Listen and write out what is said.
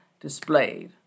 displayed